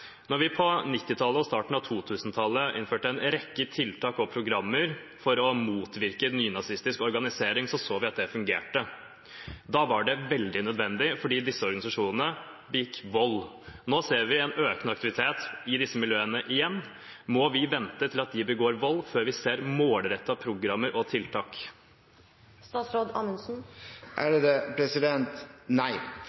Når vi på 1990-tallet og starten på 2000-tallet innførte en rekke tiltak og programmer for å motvirke en nynazistisk organisering, så vi at det fungerte. Da var det veldig nødvendig fordi disse organisasjonene begikk vold. Nå ser vi en økende aktivitet i disse miljøene igjen. Må vi vente til de begår vold før vi ser målrettete programmer og tiltak?